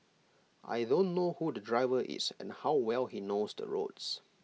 I don't know who the driver is and how well he knows the roads